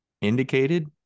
indicated